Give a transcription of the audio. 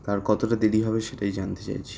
আর কতটা দেরি হবে সেটাই জানতে চাইছি